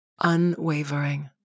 unwavering